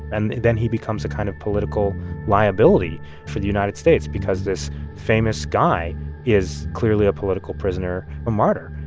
and then he becomes a kind of political liability for the united states because this famous guy is clearly a political prisoner, a martyr.